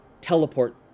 teleport